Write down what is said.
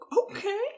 Okay